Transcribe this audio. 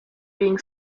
being